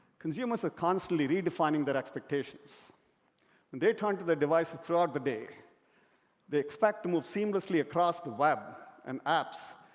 consumers are constantly redefining their expectations. when they turn to their devices throughout the day they expect to move seamlessly across the web, and apps,